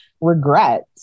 regret